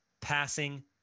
passing